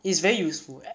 it's very useful